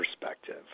perspective